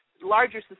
larger